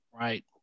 right